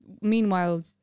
meanwhile